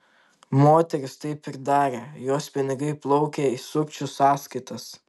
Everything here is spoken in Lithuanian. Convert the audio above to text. moteris taip ir darė jos pinigai plaukė į sukčių sąskaitas